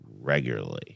regularly